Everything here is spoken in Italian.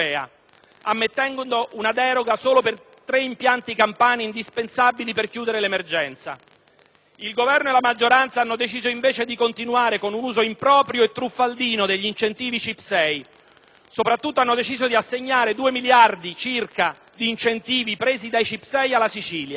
ammettendo una deroga solo per tre impianti campani indispensabili per chiudere l'emergenza. Il Governo e la maggioranza, invece, hanno deciso di continuare con un uso improprio e truffaldino degli incentivi CIP6, soprattutto assegnando 2 miliardi di incentivi presi dai CIP6 alla Sicilia.